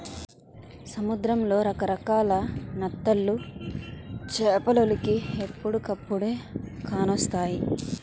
సముద్రంలో రకరకాల నత్తలు చేపలోలికి ఎప్పుడుకప్పుడే కానొస్తాయి